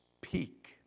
peak